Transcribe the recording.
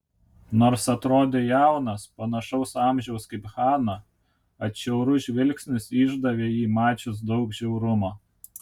nors atrodė jaunas panašaus amžiaus kaip hana atšiaurus žvilgsnis išdavė jį mačius daug žiaurumo